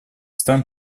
стран